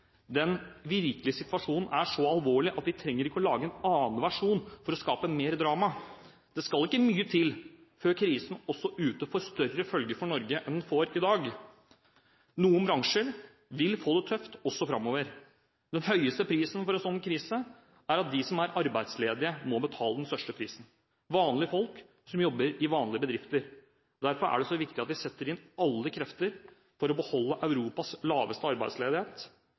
Den virkelige situasjonen er så alvorlig at vi ikke trenger å lage en annen versjon for å skape mer drama. Det skal ikke mye til før krisen ute også får større følger for Norge enn den har i dag. Noen bransjer vil få det tøft også framover. Den høyeste prisen for en slik krise er det de arbeidsledige som må betale – og vanlige folk som jobber i vanlige bedrifter. Derfor er det så viktig at vi setter inn alle krefter på å beholde Europas laveste arbeidsledighet,